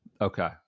Okay